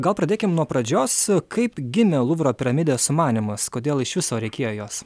gal pradėkim nuo pradžios kaip gimė luvro piramidės sumanymas kodėl iš viso reikėjo jos